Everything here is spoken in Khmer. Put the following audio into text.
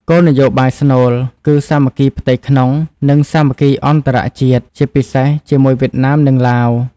គោលនយោបាយស្នូលគឺ "សាមគ្គីផ្ទៃក្នុង និងសាមគ្គីអន្តរជាតិ" ជាពិសេសជាមួយវៀតណាម និងឡាវ។